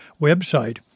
website